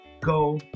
Go